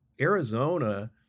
Arizona